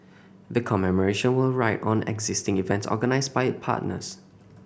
the commemoration will ride on existing events organised by its partners